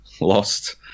lost